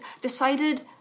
decided